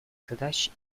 задачи